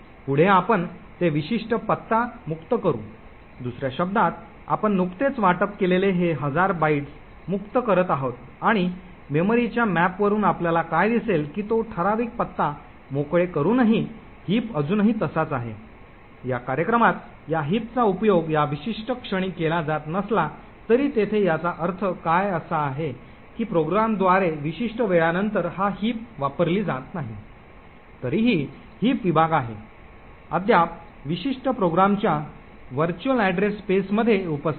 पुढे आपण ते विशिष्ट पत्ता मुक्त करू दुसऱ्या शब्दांत आपण नुकतेच वाटप केलेले हे हजार बाइट्स मुक्त करत आहोत आणि मेमरीच्या मॅपवरून आपल्याला काय दिसेल की तो ठराविक पत्ता मोकळे करूनही हिप अजूनही तसाच आहे या कार्यक्रमात या हिपचा उपयोग या विशिष्ट क्षणी केला जात नसला तरी तेथे याचा अर्थ काय असा आहे की प्रोग्रामद्वारे विशिष्ट वेळानंतर हा हिप वापरली जात नाही तरीही हिप विभाग आहे अद्याप विशिष्ट प्रोग्रामच्या आभासी ऍड्रेस स्पेसमध्ये उपस्थित आहे